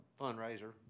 fundraiser